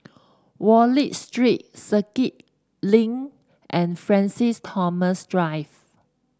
Wallich Street Circuit Link and Francis Thomas Drive